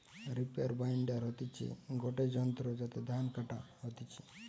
reaper binder হতিছে গটে যন্ত্র যাতে ধান কাটা হতিছে